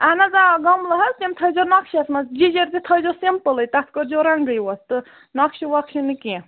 اہَن حظ آ گملہٕ حظ تِم تھٲوزیٚو نقشس منٛز جیجیٖر تہِ تھٲوزیٚو سِمپُلے تَتھ کٔرۍزیٚو رنٛگٕے اوت تہٕ نقشہٕ وخشہٕ نہٕ کیٚنٛہہ